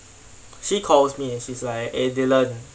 she calls me and she's like eh dylan